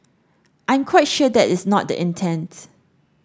I'm quite sure that is not the intents